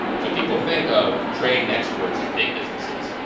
so people think of trade and exports as big businesses.